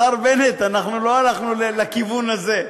השר בנט, אנחנו לא הלכנו לכיוון הזה.